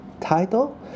title